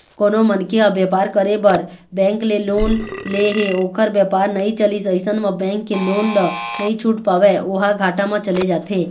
कोनो मनखे ह बेपार करे बर बेंक ले लोन ले हे ओखर बेपार नइ चलिस अइसन म बेंक के लोन ल नइ छूट पावय ओहा घाटा म चले जाथे